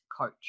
coach